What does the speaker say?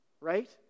Right